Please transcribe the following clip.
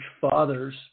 fathers